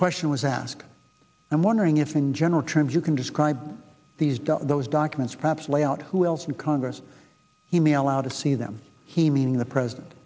question was asked i'm wondering if in general terms you can describe these dots those documents perhaps lay out who else in congress you mean allowed to see them he meaning the president